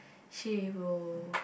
she will